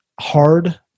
hard